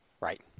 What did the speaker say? Right